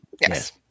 Yes